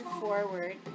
forward